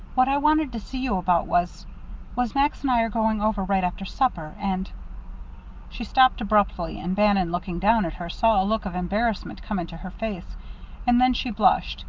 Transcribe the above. what i wanted to see you about was was max and i are going over right after supper, and she stopped abruptly and bannon, looking down at her, saw a look of embarrassment come into her face and then she blushed,